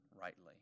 rightly